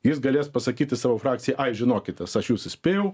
jis galės pasakyti savo frakcijai ai žinokitės aš jus įspėjau